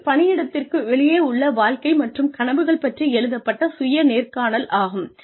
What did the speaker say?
இது பணியிடத்திற்கு வெளியே உள்ள வாழ்க்கை மற்றும் கனவுகள் பற்றி எழுதப்பட்ட சுய நேர்காணல் ஆகும்